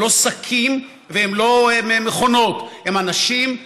הם לא שקים והם לא מכונות, הם אנשים נושמים,